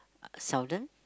seldom